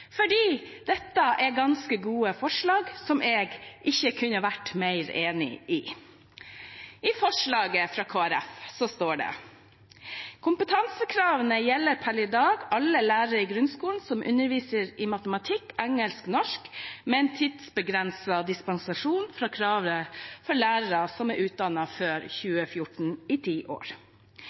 fordi dette er ganske gode forslag som jeg ikke kunne vært mer enig i. I forslaget fra Kristelig Folkeparti står det at kompetansekravene per i dag gjelder alle lærere i grunnskolen som underviser i matematikk, engelsk og norsk, med en tidsbegrenset dispensasjon fra kravene for lærere som er utdannet før 2014, i ti år.